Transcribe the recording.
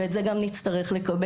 ואת זה גם נצטרך לקבל.